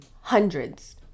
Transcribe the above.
hundreds